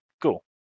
cool